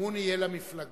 המימון יהיה למפלגות?